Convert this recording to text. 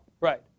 right